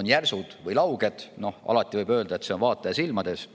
on järsud või lauged? Alati võib öelda, et see on vaataja silmades.